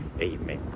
Amen